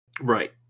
right